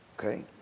okay